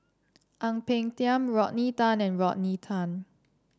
Ang Peng Tiam Rodney Tan and Rodney Tan